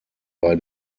bei